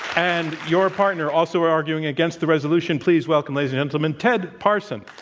and your partner, also arguing against the resolution, please welcome, ladies and gentlemen, ted parson.